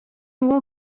уол